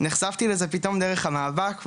נחשפתי לזה פתאום דרך המאבק,